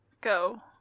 go